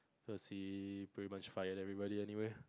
cause he pretty much fire everybody anyway